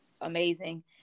amazing